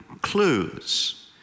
clues